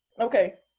Okay